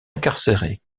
incarcéré